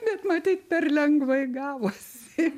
bet matyt per lengvai gavosi